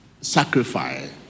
sacrifice